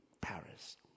Paris